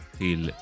till